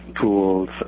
tools